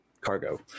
cargo